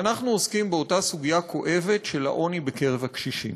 אנחנו עוסקים באותה סוגיה כואבת של העוני בקרב הקשישים.